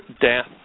death